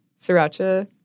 Sriracha